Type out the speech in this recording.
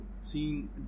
seen